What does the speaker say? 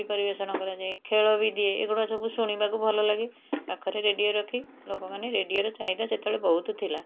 ପରିବେଷଣ କରାଯାଏ ଖେଳ ବି ଦିଏ ଏଗୁଡ଼ା ସବୁ ଶୁଣିବାକୁ ଭଲ ଲାଗେ ପାଖରେ ରେଡ଼ିଓ ରଖି ଲୋକମାନେ ରେଡ଼ିଓରେ ଚାହିଦା ସେତେବେଳେ ବହୁତ ଥିଲା